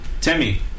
Timmy